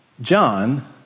John